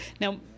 now